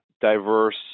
diverse